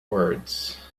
words